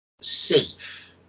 safe